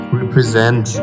represent